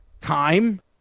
time